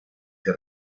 que